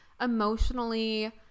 emotionally